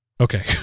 Okay